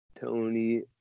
tony